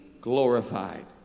glorified